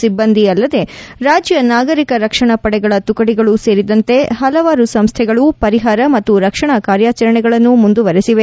ಸಿಬ್ಲಂದಿ ಅಲ್ಲದೆ ರಾಜ್ಯ ನಾಗರಿಕ ರಕ್ಷಣಾ ಪಡೆಗಳ ತುಕಡಿಗಳೂ ಸೇರಿದಂತೆ ಹಲವಾರು ಸಂಸ್ಥೆಗಳು ಪರಿಹಾರ ಮತ್ತು ರಕ್ಷಣಾ ಕಾರ್ಯಾಚರಣೆಗಳನ್ನು ಮುಂದುವರೆಸಿದೆ